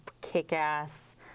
kick-ass